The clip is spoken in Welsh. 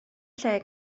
lle